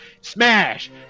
smash